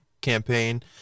campaign